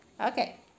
Okay